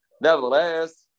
Nevertheless